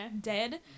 dead